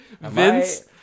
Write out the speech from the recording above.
Vince